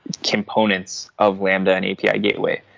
components of lambda and api gateway.